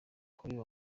kubiba